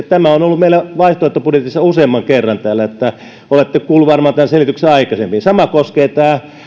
tämä on on ollut meillä vaihtoehtobudjetissa useamman kerran täällä olette kuullut tämän selityksen varmaan aikaisemmin sama koskee